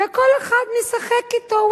וכל אחד משחק בו.